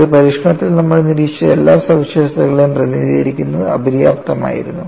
ഒരു പരീക്ഷണത്തിൽ നമ്മൾ നിരീക്ഷിച്ച എല്ലാ സവിശേഷതകളെയും പ്രതിനിധീകരിക്കുന്നത് അപര്യാപ്തമായിരുന്നു